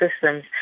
systems